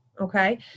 okay